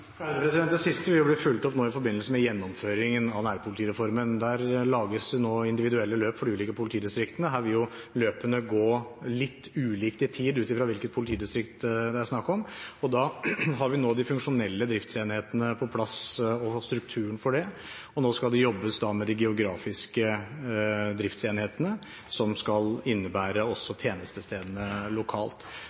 forbindelse med gjennomføringen av nærpolitireformen. Der lages det nå individuelle løp for de ulike politidistriktene. Her vil løpene gå litt ulikt i tid ut fra hvilket politidistrikt det er snakk om. Vi har nå de funksjonelle driftsenhetene og strukturen der på plass, og nå skal det jobbes med de geografiske driftsenhetene, som skal innebære også tjenestestedene lokalt.